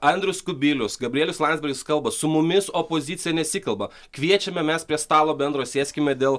andrius kubilius gabrielius landsbergis kalba su mumis opozicija nesikalba kviečiame mes prie stalo bendro sėskime dėl